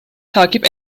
takip